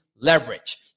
leverage